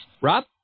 Rob